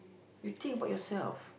you think about yourself